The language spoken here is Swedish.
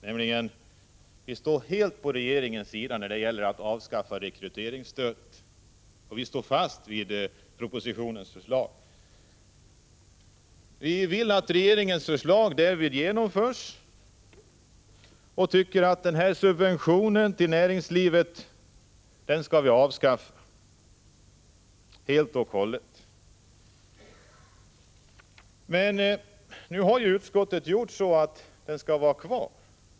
Vi står nämligen helt på regeringens sida när det gäller att avskaffa rekryteringsstödet, och vi står fast vid propositionens förslag. Vi vill att regeringens förslag därvidlag genomförs och tycker att subventionen till näringslivet helt och hållet skall avskaffas. Men utskottet menar att den skall få vara kvar.